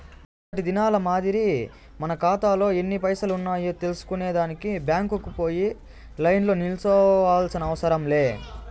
కిందటి దినాల మాదిరి మన కాతాలో ఎన్ని పైసలున్నాయో తెల్సుకునే దానికి బ్యాంకుకు పోయి లైన్లో నిల్సోనవసరం లే